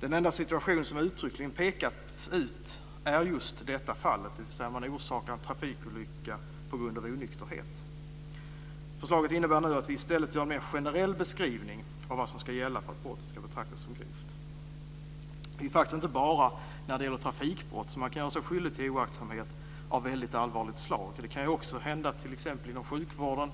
Den enda situation som uttryckligen har pekats ut är just denna, dvs. att man orsakar en trafikolycka på grund av onykterhet. Förslaget innebär att vi nu i stället gör en mer generell beskrivning av vad som ska gälla för att brottet ska betraktas som grovt. Det är faktiskt inte bara när det gäller trafikbrott som man kan göra sig skyldig till oaktsamhet av väldigt allvarligt slag. Det kan hända t.ex. inom sjukvården,